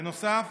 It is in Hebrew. בנוסף